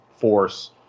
force